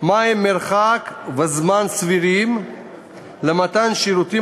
מה הם מרחק וזמן סבירים למתן שירותים